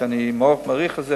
ואני מאוד מעריך את זה,